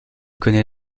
connait